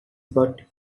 but